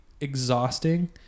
exhausting